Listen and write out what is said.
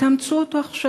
ותאמצו אותו עכשיו.